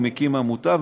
והוא מקים עמותה,